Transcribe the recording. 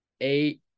eight